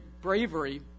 bravery